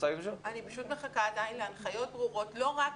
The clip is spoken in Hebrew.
אני פשוט מחכה להוראות ברורות, לא רק.